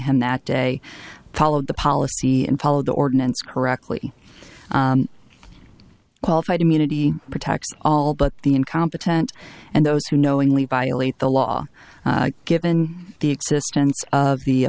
him that day followed the policy and followed the ordinance correctly qualified immunity protects all but the incompetent and those who knowingly violate the law given the existence of the